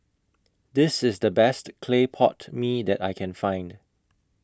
This IS The Best Clay Pot Mee that I Can Find